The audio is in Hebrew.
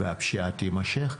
והפשיעה תימשך.